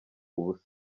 ubusa